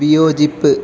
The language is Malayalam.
വിയോജിപ്പ്